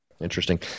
Interesting